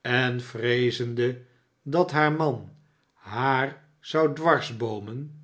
en vreezende dat haar man haar zou dwarsboomen